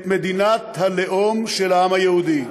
את מדינת הלאום של העם היהודי.